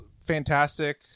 fantastic